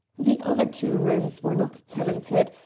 the other two rooms were not tenanted,